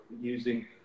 using